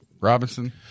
Robinson